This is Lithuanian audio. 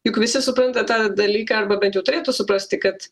juk visi supranta tą dalyką arba bent jau turėtų suprasti kad